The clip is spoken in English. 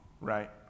right